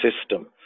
system